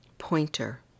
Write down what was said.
pointer